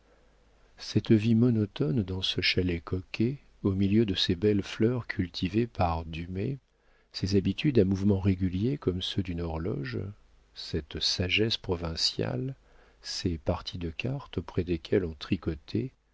cette vie monotone dans ce chalet coquet au milieu de ces belles fleurs cultivées par dumay ces habitudes à mouvements réguliers comme ceux d'une horloge cette sagesse provinciale ces parties de cartes auprès desquelles on tricotait